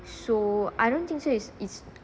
so I don't think so it's it's